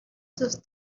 sus